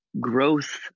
growth